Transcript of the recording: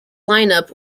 lineup